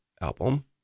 album